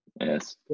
Yes